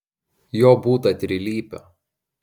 jo būta trilypio